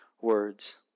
words